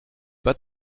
pas